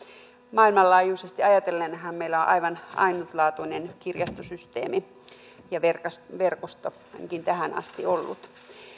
maailmanlaajuisesti ajatellenhan meillä on aivan ainutlaatuinen kirjastosysteemi ja verkosto verkosto ainakin tähän asti ollut